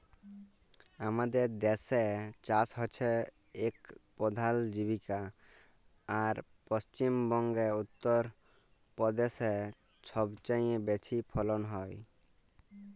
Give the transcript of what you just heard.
আমাদের দ্যাসে চাষ হছে ইক পধাল জীবিকা আর পশ্চিম বঙ্গে, উত্তর পদেশে ছবচাঁয়ে বেশি ফলল হ্যয়